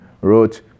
wrote